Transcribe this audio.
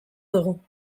dugu